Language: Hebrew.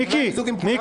לא היה מיזוג עם כולנו?